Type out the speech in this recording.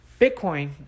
bitcoin